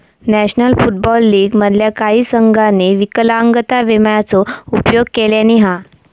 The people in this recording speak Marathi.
नॅशनल फुटबॉल लीग मधल्या काही संघांनी विकलांगता विम्याचो उपयोग केल्यानी हा